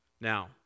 Now